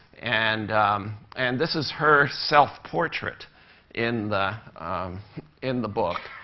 and and this is her self-portrait in the in the book.